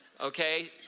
Okay